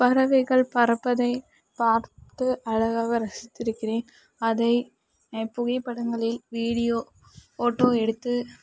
பறவைகள் பறப்பதை பார்த்து அழகாக ரசித்திருக்கிறேன் அதை புகைப்படங்களை வீடியோ போட்டோ எடுத்து